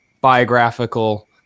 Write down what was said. biographical